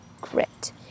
grit